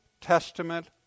Testament